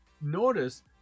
Notice